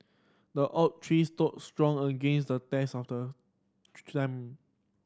the oak tree stood strong against the test of the